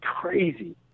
crazy